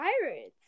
pirates